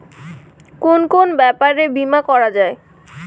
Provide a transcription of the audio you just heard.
কুন কুন ব্যাপারে বীমা করা যায়?